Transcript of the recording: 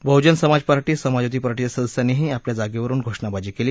बहुजन Samaj Party Samajwadi पार्टीच्या सदस्यांनीही आपल्या जागेवरुन घोषणाबाजी केली